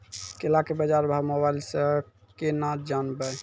केला के बाजार भाव मोबाइल से के ना जान ब?